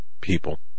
people